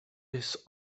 his